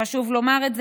חשוב לומר את זה.